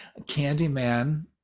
Candyman